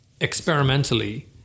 experimentally